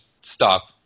stop